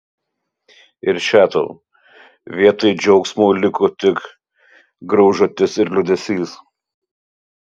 ir še tau vietoj džiaugsmo liko tik graužatis ir liūdesys